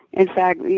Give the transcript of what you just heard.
in fact,